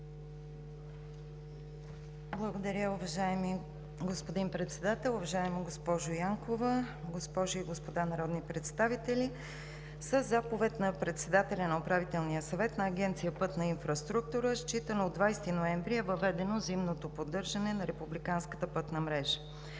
Благодаря, уважаеми господин Председател. Уважаема госпожо Янкова, госпожи и господа народни представители! Със заповед на председателя на Управителния съвет на Агенция „Пътна инфраструктура“ считано от 20 ноември е въведено зимното поддържане на републиканската пътна мрежа.